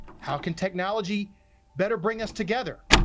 how can technology better bring us together?